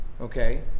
okay